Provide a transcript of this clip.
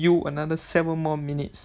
you another seven more minutes